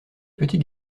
petits